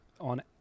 On